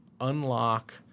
unlock